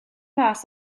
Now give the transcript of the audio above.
mas